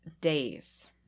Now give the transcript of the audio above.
days